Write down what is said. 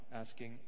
asking